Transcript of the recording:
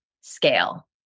scale